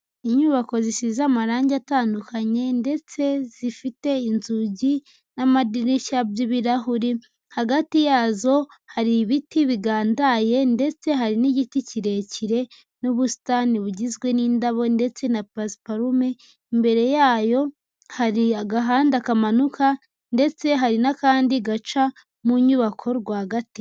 Inyubako zisize amarangi atandukanye ndetse zifite inzugi n'amadirishya by'ibirahuri, hagati yazo hari ibiti bigandaye ndetse hari n'igiti kirekire, n'ubusitani bugizwe n'indabo, ndetse na pasiparume, imbere yayo hari agahanda kamanuka ndetse hari n'akandi gaca mu nyubako rwagati.